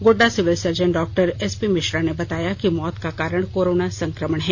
Godda civil surgeon डॉ S P Mishra ने बताया कि मौत का कारण कोराना संक्रमण है